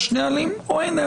האם יש נהלים או אין?